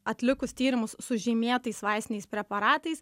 atlikus tyrimus su žymėtais vaistiniais preparatais